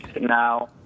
now